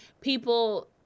people